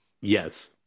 Yes